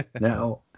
Now